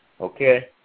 okay